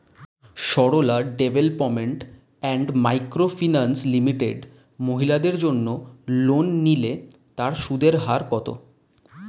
Sarala development and micro finance limited মহিলাদের জন্য loan নিলে তার সুদের হার কত?